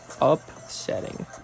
Upsetting